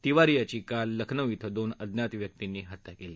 तिवारी याची काल लखनऊ इथं दोन अज्ञात व्यक्तींनी हत्या केली